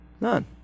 None